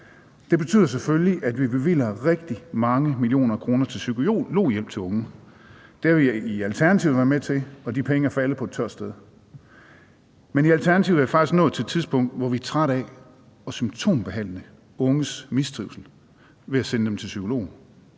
Det betyder selvfølgelig, at vi bevilger rigtig mange millioner kroner til psykologhjælp til unge. Det har vi i Alternativet været med til, og de penge er faldet på et tørt sted. Men i Alternativet er vi faktisk nået til et punkt, hvor vi er trætte af at symptombehandle unges mistrivsel ved at sende dem til psykolog.